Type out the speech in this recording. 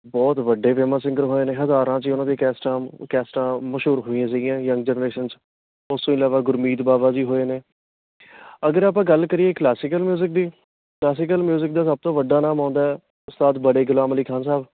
ਬਹੁਤ ਵੱਡੇ famous singer ਹੋਏ ਨੇ ਹਜ਼ਾਰਾਂ 'ਚ ਹੀ ਉਹਨਾਂ ਦੀਆਂ ਕੈਸਟਾਂ ਕੈਸਟਾਂ ਮਸ਼ਹੂਰ ਹੋਈਆਂ ਸੀਗੀਆਂ ਯੰਗ ਜਨਰੇਸ਼ਨ 'ਚ ਉਸ ਤੋਂ ਇਲਾਵਾ ਗੁਰਮੀਤ ਬਾਬਾ ਜੀ ਹੋਏ ਨੇ ਅਗਰ ਆਪਾਂ ਗੱਲ ਕਰੀਏ ਕਲਾਸੀਕਲ ਮਿਊਜ਼ਿਕ ਦੀ ਕਲਾਸੀਕਲ ਮਿਊਜ਼ਿਕ ਦਾ ਸਭ ਤੋਂ ਵੱਡਾ ਨਾਮ ਆਉਂਦਾ ਹੈ ਉਸਤਾਦ ਬੜੇ ਗੁਲਾਮ ਅਲੀ ਖਾਨ ਸਾਹਿਬ